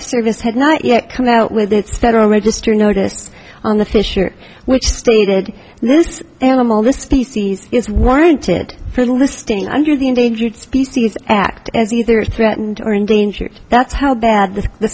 service had not yet come out with its federal register notice on the fisher which stated this animal this species is warranted for listing under the endangered species act as either threatened or endangered that's how bad the